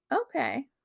okay